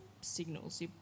signals